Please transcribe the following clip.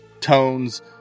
tones